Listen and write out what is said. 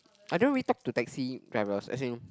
I don't really talk to taxi drivers as in